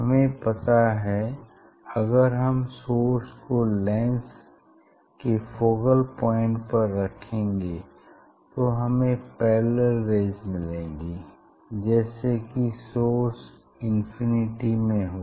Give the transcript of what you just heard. हमें पता है अगर हम सोर्स को लेंस के फोकल पॉइंट पर रखेंगे तो हमें पैरेलल रेज़ मिलेंगी जैसे कि सोर्स इंफिनिटी में हो